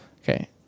Okay